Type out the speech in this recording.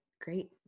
great